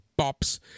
bops